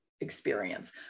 experience